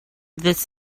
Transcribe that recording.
this